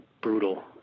brutal